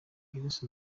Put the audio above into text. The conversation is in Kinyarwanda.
grace